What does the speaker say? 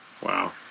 wow